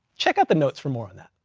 check out the notes for more on that.